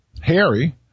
Harry